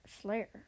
Slayer